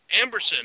Amberson